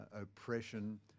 oppression